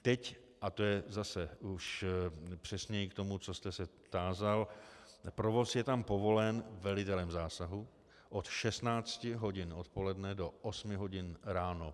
Teď, a to je zase už přesněji k tomu, co jste se tázal, provoz je tam povolen velitelem zásahu od 16 hodin odpoledne do 8 hodin ráno.